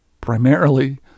primarily